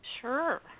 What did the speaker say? Sure